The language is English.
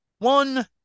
One